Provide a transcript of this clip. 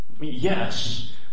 yes